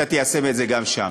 אתה תיישם את זה גם שם.